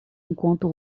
enquanto